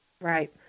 Right